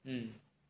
mm